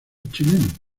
chileno